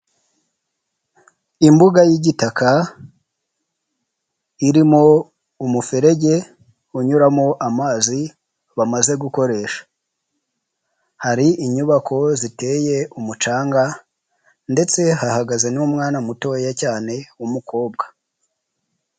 Imbuga y'igitaka irimo umuferege unyuramo amazi bamaze gukoresha, hari inyubako ziteye umucanga ndetse hahagaze n'umwana mutoya cyane w'umukobwa.